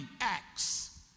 acts